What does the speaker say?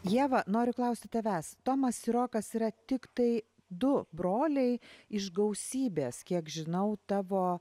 ieva noriu klausti tavęs tomas ir rokas yra tiktai du broliai iš gausybės kiek žinau tavo